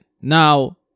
Now